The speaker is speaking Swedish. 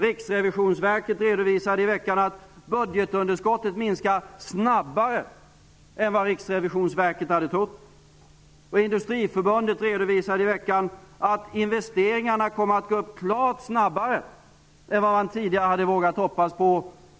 Riksrevisionsverket redovisade i veckan att budgetunderskottet minskar snabbare än vad Riksrevisionsverket hade trott. Industriförbundet redovisade i veckan att investeringarna kommer att gå upp klart snabbare än vad man tidigare hade vågat hoppas på.